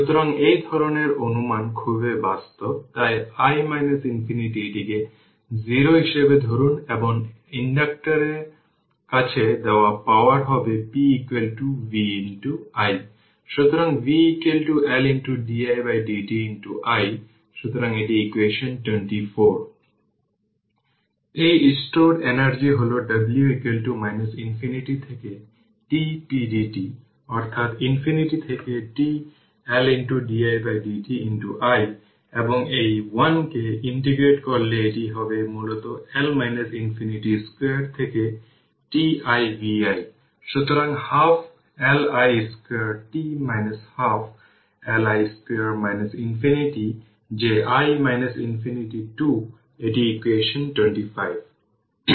সুতরাং half Li 2 t half Li 2 infinity যে i infinity 2 এটি ইকুয়েশন 25